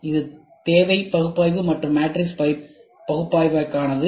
இது தேவை பகுப்பாய்வு மற்றும் மேட்ரிக்ஸ் பகுப்பாய்வுக்கானது